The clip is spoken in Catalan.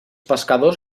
pescadors